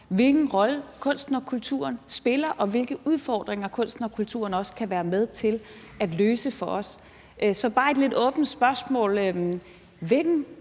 hvilken rolle kunsten og kulturen spiller, og hvilke udfordringer kunsten og kulturen også kan være med til at løse for os? Så det er bare et lidt åbent spørgsmål: